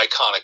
iconic